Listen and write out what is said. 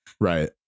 Right